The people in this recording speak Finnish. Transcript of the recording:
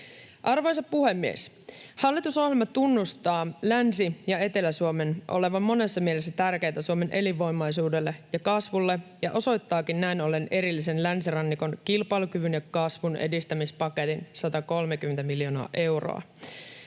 Arvoisa puhemies! Hallitusohjelma tunnustaa Länsi- ja Etelä-Suomen olevan monessa mielessä tärkeitä Suomen elinvoimaisuudelle ja kasvulle ja osoittaakin niille näin ollen erillisen länsirannikon kilpailukyvyn ja kasvun edistämispaketin, 130 miljoonaa euroa.